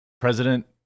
President